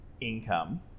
income